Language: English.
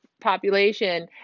population